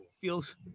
Feels